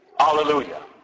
Hallelujah